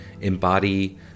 embody